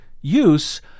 use